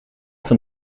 van